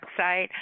website